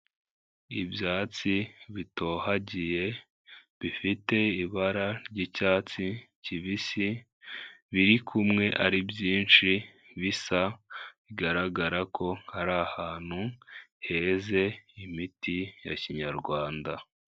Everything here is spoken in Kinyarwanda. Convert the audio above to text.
Ibyatsi bitohagiye, bifite ibara ry'icyatsi kibisi, birikumwe ari byinshi bisa bigaragara ko ari ahantu heze imiti ya kinyarwanda.